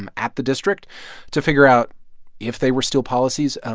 and at the district to figure out if they were still policies.